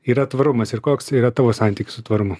yra tvarumas ir koks yra tavo santykis su tvarumu